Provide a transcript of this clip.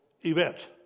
event